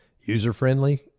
User-friendly